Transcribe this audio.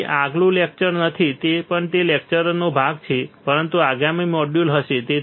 તેથી આ આગલું લેક્ચર નથી તે પણ તે જ લેક્ચરનો ભાગ હશે પરંતુ આગામી મોડ્યુલ હશે